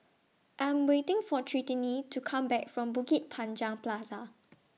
I Am waiting For Trinity to Come Back from Bukit Panjang Plaza